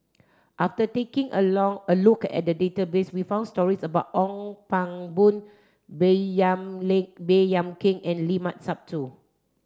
after taking a long a look at the database we found stories about Ong Pang Boon Baey Yam Lim Baey Yam Keng and Limat Sabtu